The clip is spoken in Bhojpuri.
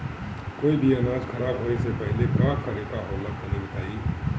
कोई भी अनाज खराब होए से पहले का करेके होला तनी बताई?